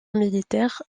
militaire